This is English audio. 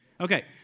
Okay